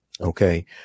Okay